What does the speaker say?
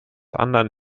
anderen